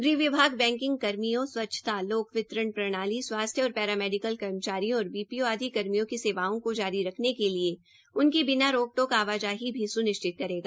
गृह विभाग बैकिंग कर्मियों स्वच्छता लोक वितरण प्रणाली स्वास्थ्य और पेरामेडीकल कर्मचारियों और बीपीओ आदि कर्मियों की सेवाओं को जारी रख्ने के लिए उनकी बिना रोक टोक आवाजाही भी स्निश्चित करेगी